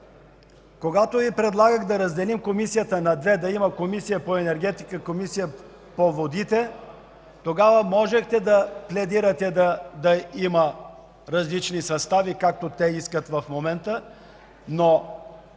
Когато Ви предлагах да разделим Комисията на две – да има Комисия по енергетика и Комисия по водите, тогава можехте да пледирате да има различни състави, както те искат в момента.